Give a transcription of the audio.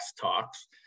talks